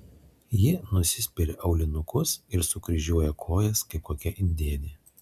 ji nusispiria aulinukus ir sukryžiuoja kojas kaip kokia indėnė